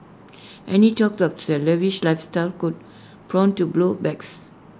any talk of lavish lifestyle could prone to blow backs